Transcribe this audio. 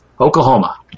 Oklahoma